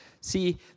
See